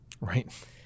Right